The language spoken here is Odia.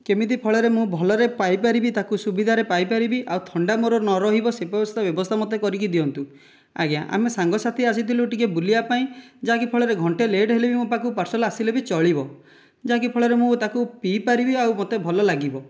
କେମିତି ଫଳରେ ମୁଁ ଭଲରେ ପାଇପାରିବି ତାକୁ ସୁବିଧାରେ ପାଇପାରିବି ଆଉ ଥଣ୍ଡା ମୋର ନ ରହିବ ସେ ବ୍ୟବସ୍ଥା ବ୍ୟବସ୍ଥା ମୋତେ କରିକି ଦିଅନ୍ତୁ ଆଜ୍ଞା ଆମେ ସାଙ୍ଗସାଥି ଆସିଥିଲୁ ଟିକେ ବୁଲିବା ପାଇଁ ଯାହାକି ଫଳରେ ଘଣ୍ଟେ ଲେଟ୍ ହେଲେ ବି ମୋ ପାଖକୁ ପାର୍ସଲ୍ ଆସିଲେ ଚଳିବ ଯାହାକି ଫଳରେ ମୁଁ ତାକୁ ପିଇପାରିବି ଆଉ ମୋତେ ଭଲ ଲାଗିବ